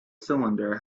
cylinder